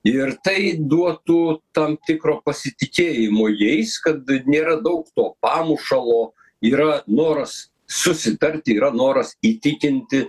ir tai duotų tam tikro pasitikėjimo jais kad nėra daug to pamušalo yra noras susitarti yra noras įtikinti